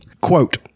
quote